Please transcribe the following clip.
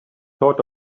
thought